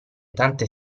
tante